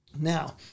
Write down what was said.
Now